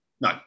no